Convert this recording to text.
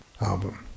album